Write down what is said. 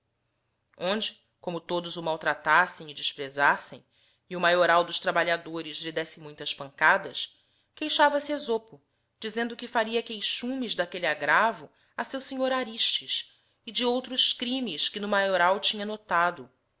onde como todos o maltratassem e desprezassem e o maioral dos trabalhadores lhe desse muitas pancadas queixavase esopo dizendo que faria queixumes daquelle aggravo a seu senhor aristes e df outros crimes que no maioral linha notado